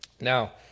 Now